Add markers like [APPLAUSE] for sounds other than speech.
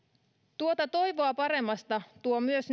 tuota toivoa paremmasta tuo myös [UNINTELLIGIBLE]